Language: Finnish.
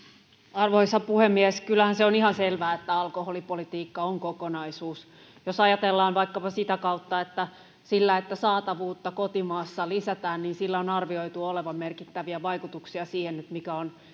arvoisa puhemies kyllähän se on ihan selvää että alkoholipolitiikka on kokonaisuus jos ajatellaan vaikkapa sitä kautta että sillä että saatavuutta kotimaassa lisätään on arvioitu olevan merkittäviä vaikutuksia siihen mikä